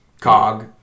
COG